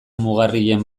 mugarrien